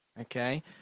okay